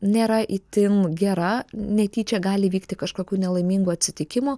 nėra itin gera netyčia gali įvykti kažkokių nelaimingų atsitikimų